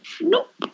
Nope